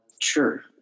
Sure